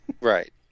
Right